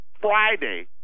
Friday